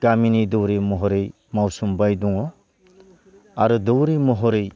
गामिनि दौरि महरै मावसोमबाय दङ आरो दौरि महरै